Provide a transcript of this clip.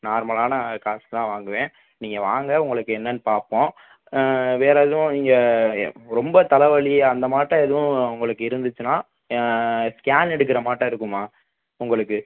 நார்மலான காசுதான் வாங்குவேன் நீங்கள் வாங்க உங்களுக்கு என்னென்னு பார்ப்போம் வேறு எதுவும் இங்கே ரொம்ப தலை வலி அந்தமாட்டம் எதுவும் உங்களுக்கு இருந்துச்சுன்னால் ஸ்கேன் எடுக்கிறமாட்டம் இருக்கும்மா உங்களுக்கு